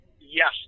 Yes